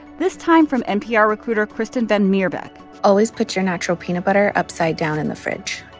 this time from npr recruiter kristin van meerbeke always put your natural peanut butter upside down in the fridge.